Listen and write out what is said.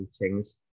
meetings